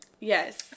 Yes